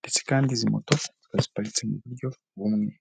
ndetse kandi izi moto zikaba ziparitse mu buryo bumwe.